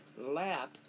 lap